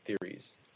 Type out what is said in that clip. theories